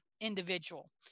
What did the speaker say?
individual